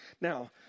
Now